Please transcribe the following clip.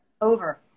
Over